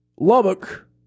Lubbock